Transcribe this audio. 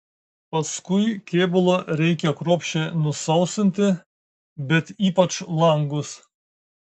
paskui kėbulą reikia kruopščiai nusausinti bet ypač langus